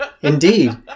Indeed